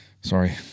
Sorry